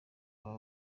aba